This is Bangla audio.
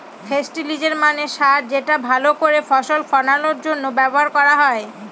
ফেস্টিলিজের মানে সার যেটা ভাল করে ফসল ফলানোর জন্য ব্যবহার করা হয়